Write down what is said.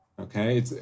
okay